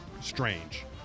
strange